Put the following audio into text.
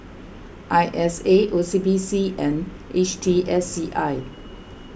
I S A O C B C and H T S C I